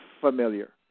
familiar